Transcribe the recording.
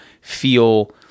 feel